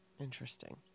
Interesting